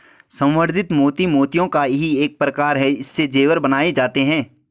संवर्धित मोती मोतियों का ही एक प्रकार है इससे जेवर बनाए जाते हैं